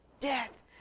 death